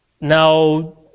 Now